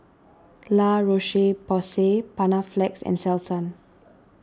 La Roche Porsay Panaflex and Selsun